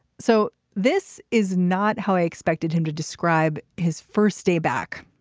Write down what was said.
so this is not how i expected him to describe his first day back.